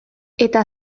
eta